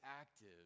active